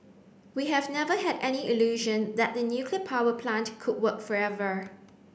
we have never had any illusion that the nuclear power plant could work forever